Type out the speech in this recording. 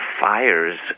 fires